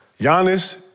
Giannis